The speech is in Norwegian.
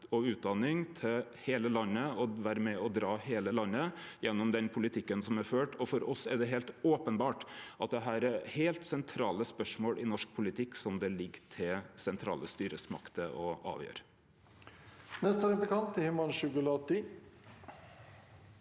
og utdanning til heile landet å vere med og dra heile landet gjennom den politikken som er ført. For oss er det heilt openbert at dette er heilt sentrale spørsmål i norsk politikk som det ligg til sentrale styresmakter å avgjere.